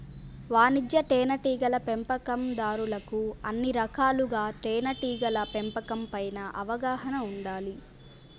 వాణిజ్య తేనెటీగల పెంపకందారులకు అన్ని రకాలుగా తేనెటీగల పెంపకం పైన అవగాహన ఉండాలి